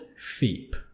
FEEP